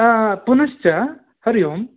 पुनश्च हरि ओं